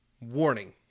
warning